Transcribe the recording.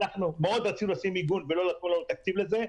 ואנחנו מאוד רצינו לשים מיגון ולא נתנו לנו תקציב לזה.